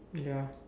ya